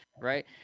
right